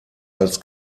als